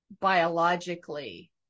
biologically